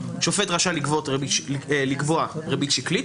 שופט רשאי לקבוע ריבית שקלית.